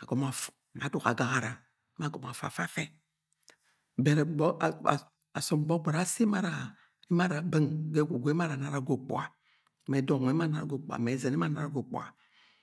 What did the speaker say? agọmọ afu ma aduk agagara emo agọmọ afu ma afa afẹ, bet asọm gbọgbọri asi emo ara emo ara bẹng ga ẹgwugwu emo ara anara ga ukpuga ma ẹdọk nwẹ emo anara ga ukpuga ma ẹzẹn emo anara ga okpuga.